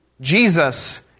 Jesus